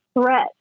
threat